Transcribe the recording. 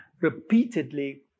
repeatedly